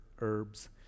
herbs